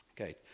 Okay